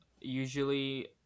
usually